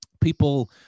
people